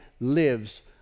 lives